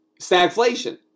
stagflation